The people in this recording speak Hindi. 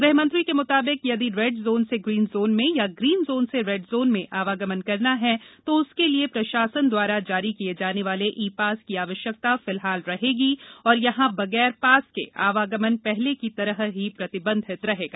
गृहमंत्री के म्ताबिक यदि रेड जोन से ग्रीन जोन में या ग्रीन जोन से रेड जोन में आवागमन करना है तो उसके लिये प्रशासन द्वारा जारी किये जाने वाले ई पास की आवश्यकता फिलहाल रहेगी और यहां बगैर पास के आवागमन पहले की ही तरह प्रतिबंधित रहेगा